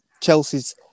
Chelsea's